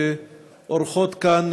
שהן אורחות כאן,